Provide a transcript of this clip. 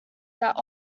that